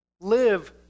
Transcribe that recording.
live